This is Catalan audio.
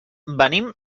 venim